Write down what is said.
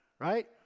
right